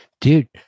dude